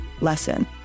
lesson